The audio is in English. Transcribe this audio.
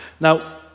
Now